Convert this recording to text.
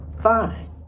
fine